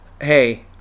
hey